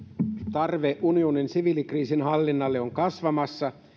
tarve unionin siviilikriisinhallinnalle on kasvamassa